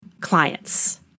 clients